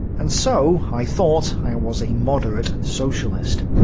and so i thought i was a moderate socialist.